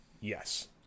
Yes